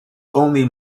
only